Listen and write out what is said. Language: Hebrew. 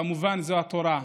כמובן, זו התורה,